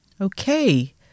Okay